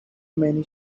many